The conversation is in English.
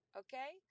okay